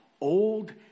old